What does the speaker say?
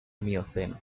mioceno